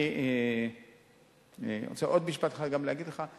אני רוצה עוד משפט אחד גם כן להגיד לך,